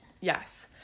yes